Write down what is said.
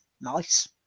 Nice